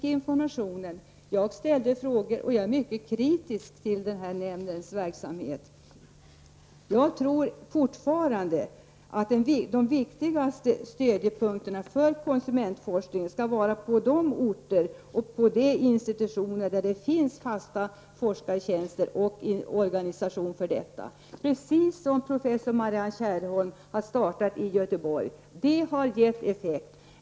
Jag fick informationen, jag ställde frågor, och jag är mycket kritisk till nämndens verksamhet. Jag tror fortfarande att de viktigaste stödjepunkterna för konsumentforskning är de orter och vid de institutioner där det finns fasta forskartjänster och en organisation kring denna verksamhet, precis som den som professor Marianne Kärrholm har påbörjat i Göteborg. Den forskningen har givit effekt.